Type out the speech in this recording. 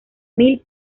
mil